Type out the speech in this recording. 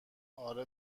اره